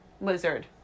lizard